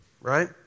right